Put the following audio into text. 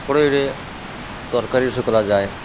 କଢ଼େଇରେ ତରକାରୀ ଜିନିଷ କରାଯାଏ